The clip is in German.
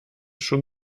schon